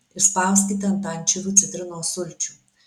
išspauskite ant ančiuvių citrinos sulčių